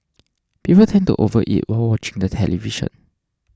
people tend to overeat while watching the television